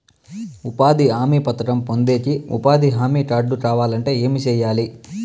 ఉపాధి హామీ పథకం పొందేకి ఉపాధి హామీ కార్డు కావాలంటే ఏమి సెయ్యాలి?